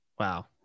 Wow